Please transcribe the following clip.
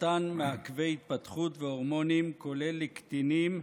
ממתן מעכבי התפתחות והורמונים, כולל לקטינים,